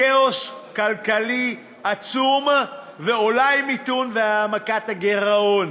כאוס כלכלי עצום ואולי מיתון והעמקת הגירעון.